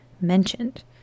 mentioned